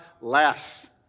less